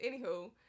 Anywho